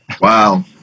Wow